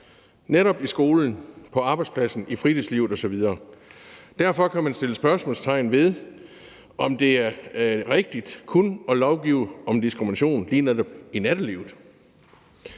netop i skolen, på arbejdspladsen, i fritidslivet osv. Derfor kan man sætte spørgsmålstegn ved, om det er rigtigt kun at lovgive om diskrimination lige netop i nattelivet.